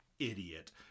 idiot